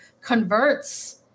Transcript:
converts